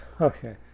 Okay